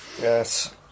Yes